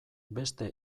beste